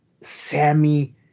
sammy